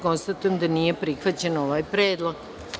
Konstatujem nije prihvaćen ovaj predlog.